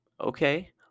okay